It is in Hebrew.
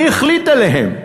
מי החליט עליהן?